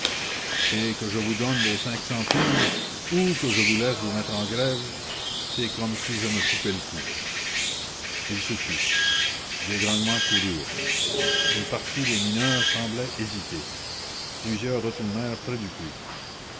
et que je vous donne vos cinq centimes ou que je vous laisse vous mettre en grève c'est comme si je me coupais le cou il se tut des grognements coururent une partie des mineurs semblait hésiter plusieurs retournèrent près du puits